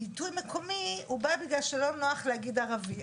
הביטוי "מקומי" הוא בא בגלל שלא נוכח להגיד ערבי.